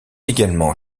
également